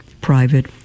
private